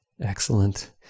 Excellent